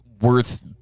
worth